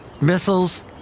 missiles